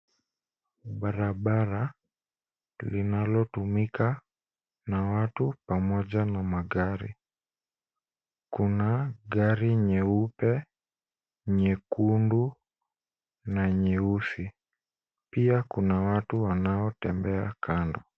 Barabara linalotumika na watu pamoja na magari. Kuna gari nyeupe, nyekundu na nyeusi. Pia kuna watu wanaotembea kando.